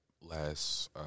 last